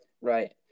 Right